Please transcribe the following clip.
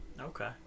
Okay